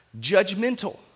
judgmental